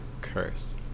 curse